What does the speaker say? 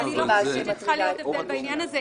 נכון, אני לא חושבת שצריך להיות הבדל בעניין הזה.